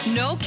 no